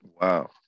Wow